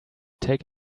take